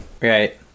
Right